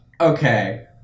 okay